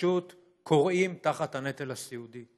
שפשוט כורעים תחת הנטל הסיעודי.